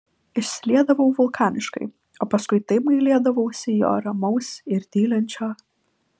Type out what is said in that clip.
išsiliedavau vulkaniškai o paskui taip gailėdavausi jo ramaus ir tylinčio